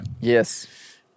Yes